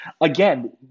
Again